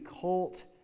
cult